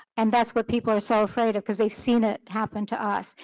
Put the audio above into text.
and that's what people are so afraid of, because they've seen it happen to us.